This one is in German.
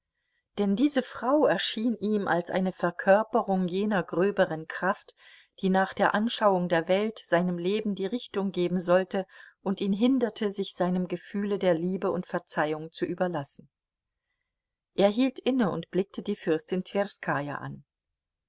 denn diese frau erschien ihm als eine verkörperung jener gröberen kraft die nach der anschauung der welt seinem leben die richtung geben sollte und ihn hinderte sich seinem gefühle der liebe und verzeihung zu überlassen er hielt inne und blickte die fürstin twerskaja an